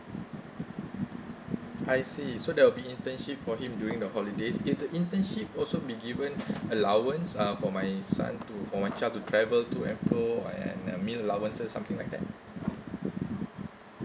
I see so there will be internship for him during the holidays is the internship also be given allowance um for my son to for my child to travel to and fro and and meal allowance or something like that